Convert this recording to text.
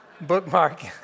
bookmark